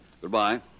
Goodbye